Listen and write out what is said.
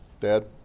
Dad